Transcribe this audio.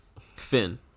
Finn